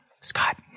Scott